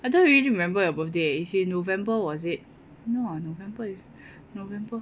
I don't really remember your birthday eh it's in November was it no on November in November